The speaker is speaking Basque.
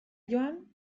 joan